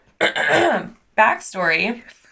backstory